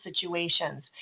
situations